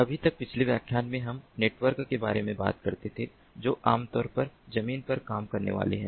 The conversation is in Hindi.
अभी तक पिछले व्याख्यानों में हम नेटवर्क के बारे में बात करते थे जो आमतौर पर जमीन पर काम करने वाले हैं